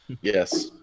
Yes